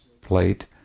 plate